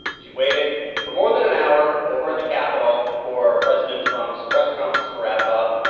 she waited for more than an hour over at the capitol for president trump's press conference to wrap up.